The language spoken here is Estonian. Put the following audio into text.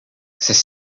sest